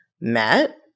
met